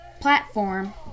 platform